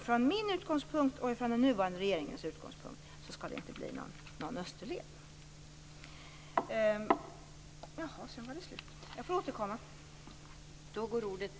Från min och den nuvarande regeringens utgångspunkt kan jag säga att det inte skall bli någon österled. Jag får återkomma till de övriga frågorna.